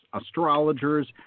astrologers